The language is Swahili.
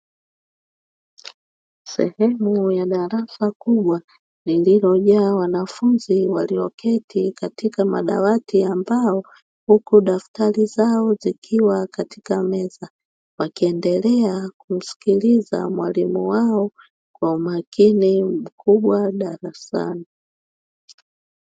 Sehemu ya darasa kubwa lililojaa wanafunzi walioketi katika madawati ya mbao, huku daftari zao zikiwa katika meza wakiendelea kumsikiliza mwalimu wao kwa umakini mkubwa darasani.